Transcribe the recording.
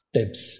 tips